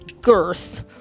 girth